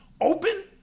open